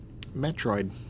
Metroid